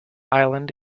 island